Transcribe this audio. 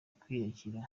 kwiyakira